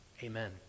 Amen